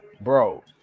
bro